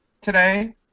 today